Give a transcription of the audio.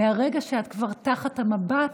מהרגע שאת כבר תחת המבט,